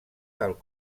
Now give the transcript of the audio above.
dal